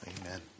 Amen